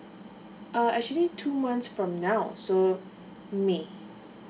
uh actually two months from now so may